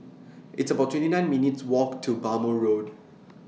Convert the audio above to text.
It's about twenty nine minutes' Walk to Bhamo Road